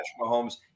Mahomes